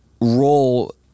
role